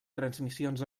transmissions